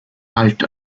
halt